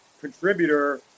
contributor